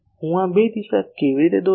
હું આ બે દિશા કેવી રીતે દોરીશ